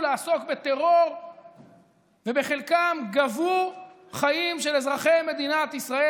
לעסוק בטרור ובחלקם גבו חיים של אזרחי מדינת ישראל.